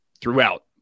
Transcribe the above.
throughout